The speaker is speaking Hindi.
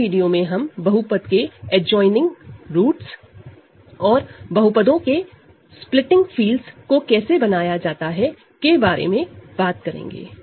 अगले वीडियो में हम पॉलिनॉमियल के एडज्वाइनिंग रूट और पॉलीनॉमिनल के स्प्लीटिंग फील्डस को कैसे बनाया जाता है के बारे में बात करेंगे